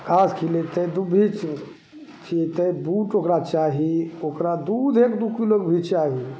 घास खिलेतै दुभी खिलेतै बूट ओकरा चाही ओकरा दूध एक दुइ किलोके भी चाही